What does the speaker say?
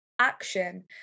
action